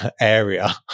area